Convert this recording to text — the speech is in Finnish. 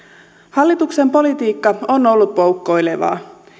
hallituksen politiikka on ollut poukkoilevaa